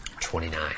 Twenty-nine